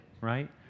right